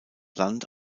land